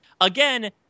again